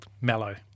mellow